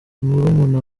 murumuna